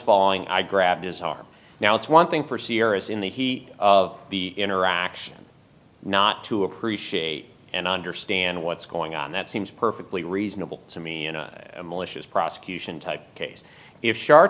falling i grabbed his arm now it's one thing for sierra's in the heat of the interaction not to appreciate and understand what's going on that seems perfectly reasonable to me in a malicious prosecution type case if shar